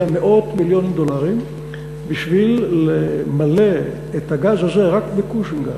מאות מיליוני דולרים בשביל למלא את הגז הזה רק ב-cushion gas,